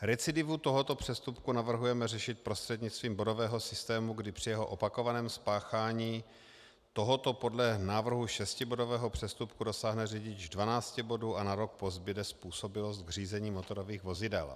Recidivu tohoto přestupku navrhujeme řešit prostřednictvím bodového systému, kdy při opakovaném spáchání tohoto podle návrhu šestibodového přestupku dosáhne řidič 12 bodů a na rok pozbude způsobilost k řízení motorových vozidel.